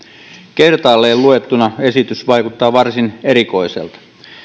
kertaalleen luettuna esitys vaikuttaa varsin erikoiselta